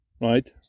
right